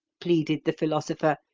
pleaded the philosopher,